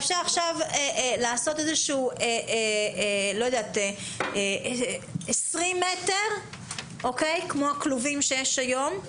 אפשר עכשיו לעשות איזשהו 20 מטרים כמו הכלובים שיש היום,